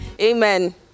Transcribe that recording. Amen